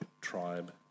tribe